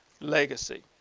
legacy